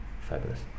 fabulous